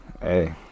Hey